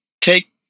take